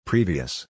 Previous